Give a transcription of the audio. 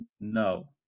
no